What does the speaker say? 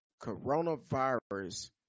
coronavirus